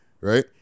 Right